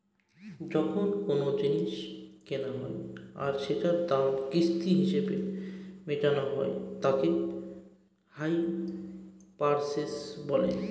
যখন কোনো জিনিস কেনা হয় আর সেটার দাম কিস্তি হিসেবে মেটানো হয় তাকে হাই পারচেস বলে